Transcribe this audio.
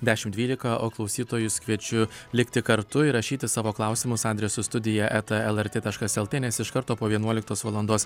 dešim dvylika o klausytojus kviečiu likti kartu ir rašyti savo klausimus adresu studija eta lrt taškas lt nes iš karto po vienuoliktos valandos